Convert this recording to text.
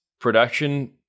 production